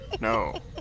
No